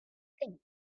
think